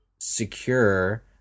secure